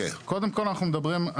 קודם כל אנחנו מדברים,